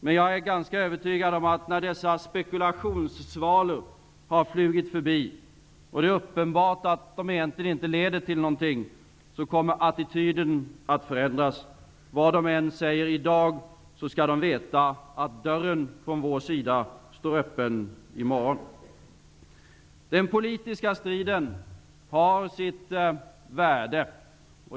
Men jag är ganska övertygad om att när dessa spekulationssvalor har flugit förbi, och det är uppenbart att de egentligen inte leder till någonting, kommer attityden att förändras; vad de än säger i dag skall de veta att dörren från vår sida står öppen i morgon. Den politiska striden har sitt värde.